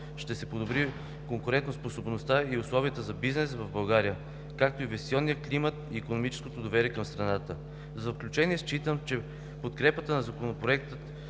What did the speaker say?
ще се подобрят конкурентоспособността и условията за бизнес в България, както и инвестиционният климат и икономическото доверие към страната. В заключение считам, че с подкрепата на Законопроекта